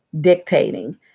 dictating